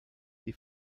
die